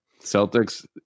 Celtics